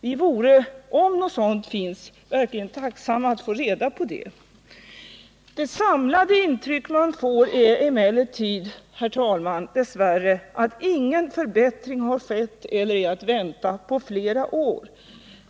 Vi vore, om sådana planer finns, verkligen tacksamma att få reda på dem. Det samlade intryck man får är emellertid, herr talman, dess värre att ingen förbättring har skett eller är att vänta på flera år.